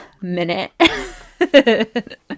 minute